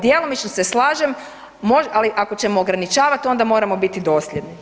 Djelomično se slažem, možda, ali ako ćemo ograničavati onda moramo biti dosljedni.